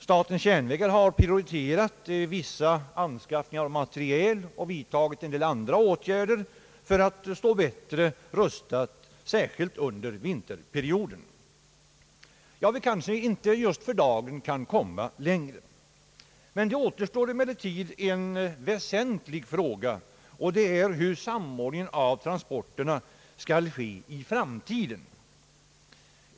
Statens järnvägar har prioriterat vissa anskaffningar av materiel och även vidtagit andra åtgärder för att stå bättre rustade särskilt under vinterperioden. Ja, vi kanske just för dagen inte kan komma längre. En väsentlig fråga återstår emellertid, nämligen hur samordningen av transporterna skall ske i framtiden.